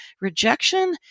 rejection